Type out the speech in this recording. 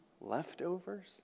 leftovers